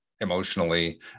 emotionally